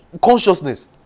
consciousness